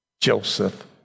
Joseph